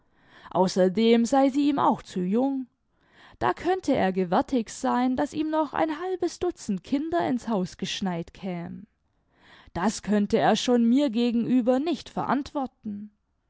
außerdem sei sie ihm auch zu jung da könnte er gewärtig sein daß ihm noch ein halbes dutzend kinder ins haus geschneit kämen das könnte er schon mir gegenüber nicht verantworten